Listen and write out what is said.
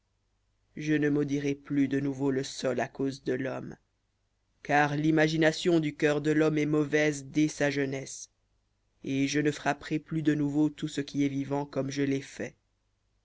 je ne maudirai plus de nouveau le sol à cause de l'homme car l'imagination du cœur de l'homme est mauvaise dès sa jeunesse et je ne frapperai plus de nouveau tout ce qui est vivant comme je l'ai fait